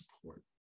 support